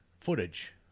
footage